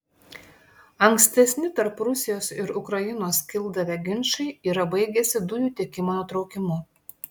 ankstesni tarp rusijos ir ukrainos kildavę ginčai yra baigęsi dujų tiekimo nutraukimu